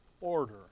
order